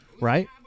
right